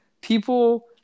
people